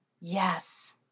Yes